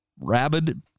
rabid